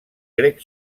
grec